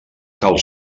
cal